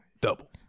Double